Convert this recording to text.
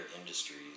industries